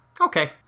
okay